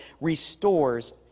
restores